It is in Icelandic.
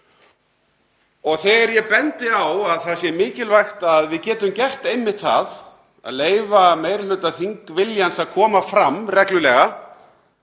Þegar ég bendi á að það sé mikilvægt að við getum gert einmitt það, að leyfa meiri hluta þingviljans að koma fram reglulega